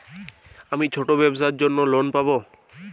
আমি ছোট ব্যবসার জন্য লোন পাব?